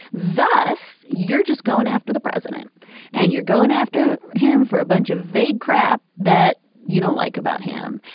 thus you're just going after the president and you're going after him for a bunch of vague crap that you don't like about him.